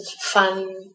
fun